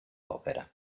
opera